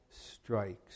strikes